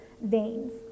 veins